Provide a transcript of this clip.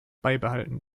beibehalten